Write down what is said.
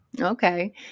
Okay